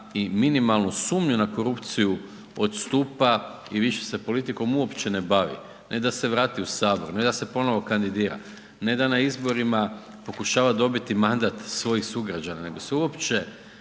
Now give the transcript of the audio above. i minimalnu sumnju na korupciju odstupa i više se politikom uopće ne bavi. Ne da se vrati u Sabor, ne da se ponovno kandidira, ne da na izborima pokušava dobiti mandat svojih sugrađana, nego se uopće